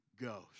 go